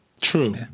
True